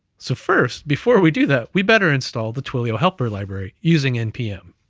so first before we do that, we better install the twilio helper library using npm.